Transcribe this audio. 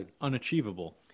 unachievable